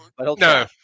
No